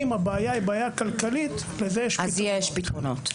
אם הבעיה היא בעיה כלכלית, לזה יש פתרון.